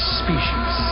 species